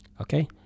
Okay